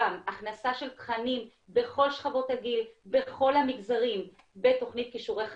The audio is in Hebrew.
גם הכנסה של תכנים בכל שכבות הגיל בכל המגזרים בתכנית כישורי חיים,